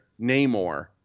Namor